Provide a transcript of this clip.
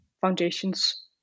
foundations